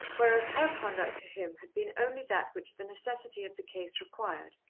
whereas her conduct to him had been only that which the necessity of the case required.